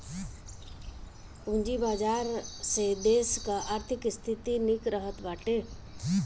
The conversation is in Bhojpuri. पूंजी बाजार से देस कअ आर्थिक स्थिति निक रहत बाटे